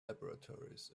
laboratories